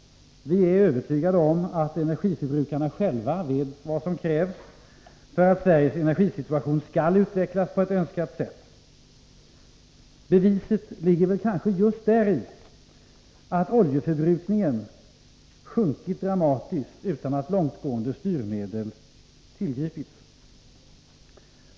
Vi är övertygade om att energiförbrukarna själva vet vad som krävs för att Sveriges energisituation skall utvecklas på ett önskat sätt. Beviset ligger kanske just däri, att oljeförbrukningen sjunkit dramatiskt utan att långtgående styrmedel tillgripits.